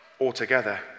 altogether